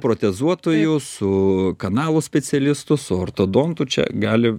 protezuotoju su kanalų specialistu su ortodontu čia gali